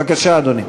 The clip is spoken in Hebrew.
בבקשה, אדוני.